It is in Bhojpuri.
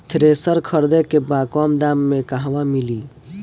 थ्रेसर खरीदे के बा कम दाम में कहवा मिली?